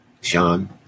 Sean